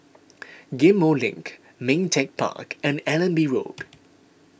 Ghim Moh Link Ming Teck Park and Allenby Road